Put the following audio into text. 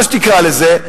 מה שתקרא לזה,